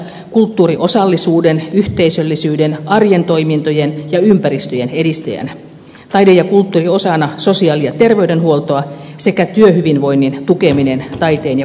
kulttuuriosallisuuden yhteisöllisyyden arjen toimintojen ja ympäristöjen edistäjänä taide ja kulttuuri osana sosiaali ja terveydenhuoltoa sekä työhyvinvoinnin tukeminen taiteen ja kulttuurin keinoin